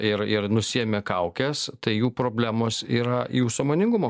ir ir nusiėmė kaukes tai jų problemos yra jų sąmoningumo